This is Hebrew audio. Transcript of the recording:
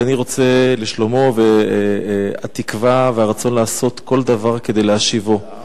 לשלומו, והתקווה והרצון לעשות כל דבר כדי להשיבו.